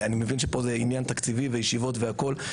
אני מבין שפה זה עניין תקציבי וישיבות והכול.